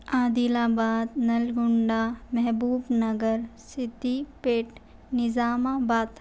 عادل آباد Nalgonda Mahbubnagar Siddipet نظام آباد